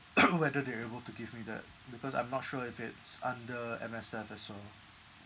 whether they're able to give me that because I'm not sure if it's under M_S_F as well